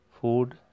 food